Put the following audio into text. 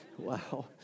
Wow